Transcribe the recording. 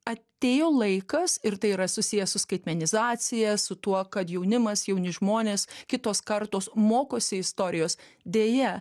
atėjo laikas ir tai yra susiję su skaitmenizacija su tuo kad jaunimas jauni žmonės kitos kartos mokosi istorijos deja